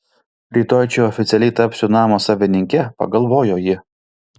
rytoj čia oficialiai tapsiu namo savininke pagalvojo ji